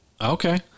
Okay